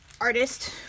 artist